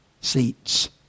seats